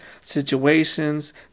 situations